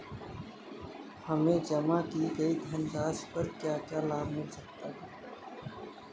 हमें जमा की गई धनराशि पर क्या क्या लाभ मिल सकता है?